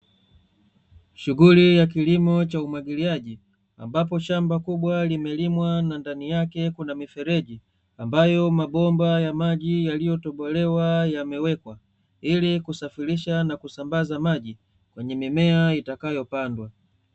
Shughuli ya kilimo cha umwagiliaji, ambapo shamba kubwa limelimwa na ndani yake kuna mifereji ambayo mabomba ya maji yaliyotobolewa, yamewekwa ili kusafirisha na kusambaza maji kwenye mimea itakayopandwa.